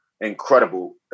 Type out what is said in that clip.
incredible